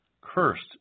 Cursed